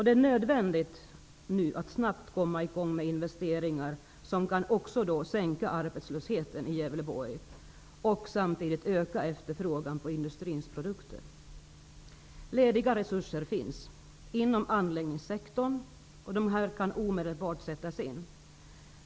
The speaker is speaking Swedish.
Det är nödvändigt att nu snabbt komma i gång med investeringar som kan minska arbetslösheten i Gävleborg och samtidigt öka efterfrågan på industrins produkter. Lediga resurser finns inom anläggningssektorn. De kan omedelbart sättas in.